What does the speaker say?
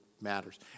matters